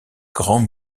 grand